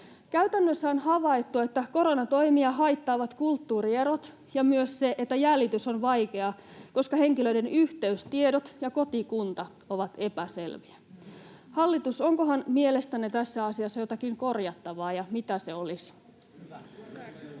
Käytännössä on havaittu, että koronatoimia haittaavat kulttuurierot ja myös se, että jäljitys on vaikeaa, koska henkilöiden yhteystiedot ja kotikunta ovat epäselviä. Hallitus, onkohan mielestänne tässä asiassa jotakin korjattavaa, ja mitä se olisi?